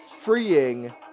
freeing